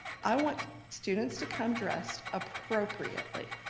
i want students to come dressed appropriately.